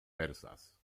persas